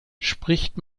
spricht